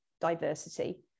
diversity